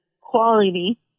quality